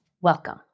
welcome